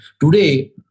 Today